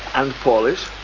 and polish.